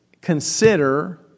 consider